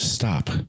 Stop